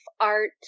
art